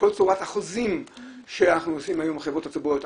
כל צורת החוזים שאנחנו עושים היום בחברות הציבוריות,